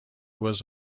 was